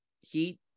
heat